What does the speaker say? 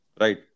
Right